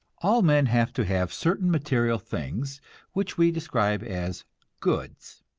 all men have to have certain material things which we describe as goods.